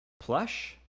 Plush